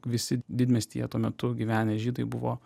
visi didmiestyje tuo metu gyvenę žydai buvo